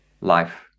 life